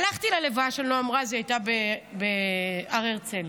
הלכתי ללוויה שלו, היא הייתה בהר הרצל.